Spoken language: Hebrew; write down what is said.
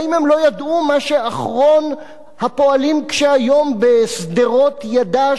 האם הם לא ידעו מה שאחרון הפועלים קשה-היום בשדרות ידע,